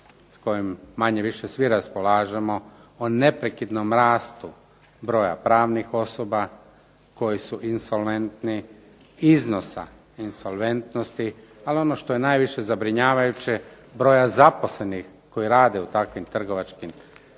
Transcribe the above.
s kojim manje više svi raspolažemo, o neprekidnom rastu broja pravnih osoba koji su insolventni, iznosa insolventnosti. Ali ono što je najzabrinjavajuće broja zaposlenih koji rade u takvim trgovačkim društvima